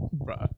Right